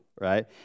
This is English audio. right